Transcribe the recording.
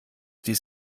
dies